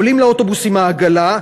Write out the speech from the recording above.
עולים לאוטובוס עם העגלה,